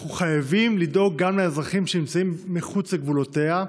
אנחנו חייבים לדאוג גם לאזרחים שנמצאים מחוץ לגבולותיה,